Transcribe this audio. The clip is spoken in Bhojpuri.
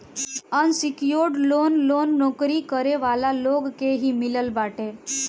अनसिक्योर्ड लोन लोन नोकरी करे वाला लोग के ही मिलत बाटे